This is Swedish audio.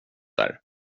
där